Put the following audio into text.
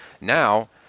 Now